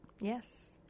Yes